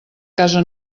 casa